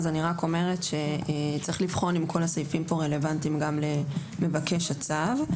אז אני רק אומרת שצריך לבחון אם כל הסעיפים פה רלוונטיים גם למבקש הצו.